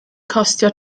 costio